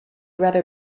rather